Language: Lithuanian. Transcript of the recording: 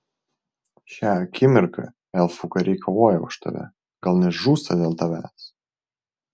šią akimirką elfų kariai kovoja už tave gal net žūsta dėl tavęs